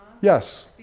Yes